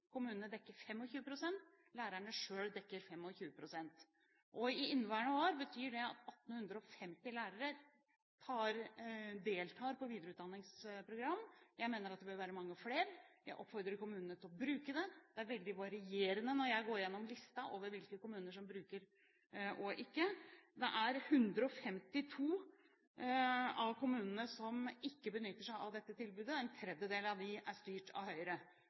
Kommunene dekker 25 pst., og lærerne selv dekker 25 pst. I inneværende år betyr det at 1 850 lærere deltar på videreutdanningsprogram. Jeg mener at det bør være mange flere. Jeg oppfordrer kommunene til å bruke det. Når jeg går gjennom listen over hvilke kommuner som bruker tilbudet og ikke, er det veldig varierende. Det er 152 av kommunene som ikke benytter seg av dette tilbudet. En tredjedel av dem er styrt av Høyre.